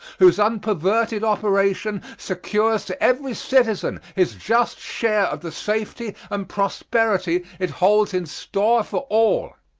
whose unperverted operation secures to every citizen his just share of the safety and prosperity it holds in store for all.